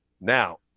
Now